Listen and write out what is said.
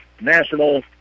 National